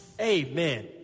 Amen